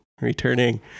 returning